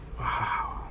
Wow